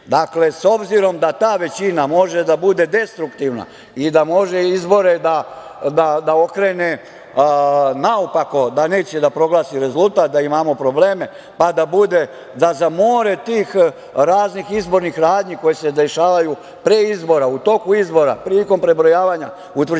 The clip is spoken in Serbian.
većinu. Dakle, obzirom da ta većina može da bude destruktivna i da može izbore da okrene naopako, da neće da proglasi rezultat, da imamo probleme, pa da bude da za more tih raznih izbornih radnji koje se dešavaju pre izbora, u toku izbora, prilikom prebrojavanja, utvrđivanja